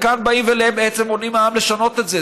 כאן בעצם באים ומונעים מהעם לשנות את זה.